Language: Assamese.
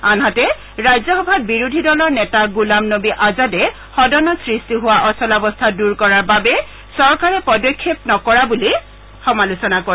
আনহাতে ৰাজ্যসভাত বিৰোধী দলৰ নেতা গোলাম নবী আজাদে সদনত সৃষ্টি হোৱা অচলাবস্থা দূৰ কৰাৰ বাবে চৰকাৰে পদক্ষেপ নকৰা বুলি সমালোচনা কৰে